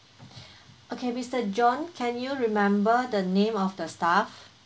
okay mister john can you remember the name of the staff